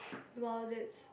!wow! that's